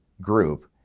group